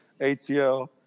ATL